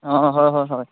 অঁ হয় হয় হয়